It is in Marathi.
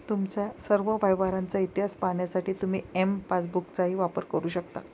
तुमच्या सर्व व्यवहारांचा इतिहास पाहण्यासाठी तुम्ही एम पासबुकचाही वापर करू शकता